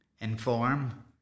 inform